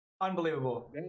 Unbelievable